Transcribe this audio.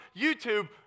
YouTube